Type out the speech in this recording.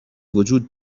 وجود